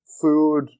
food